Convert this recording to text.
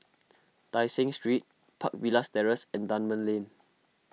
Tai Seng Street Park Villas Terrace and Dunman Lane